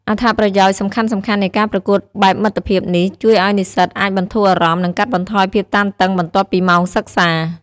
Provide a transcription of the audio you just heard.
អត្ថប្រយោជន៍សំខាន់ៗនៃការប្រកួតបែបមិត្តភាពនេះ ជួយឱ្យនិស្សិតអាចបន្ធូរអារម្មណ៍ និងកាត់បន្ថយភាពតានតឹងបន្ទាប់ពីម៉ោងសិក្សា។